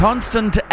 Constant